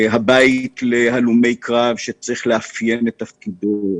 הבית להלומי הקרב שצריך לאפיין את תפקידו,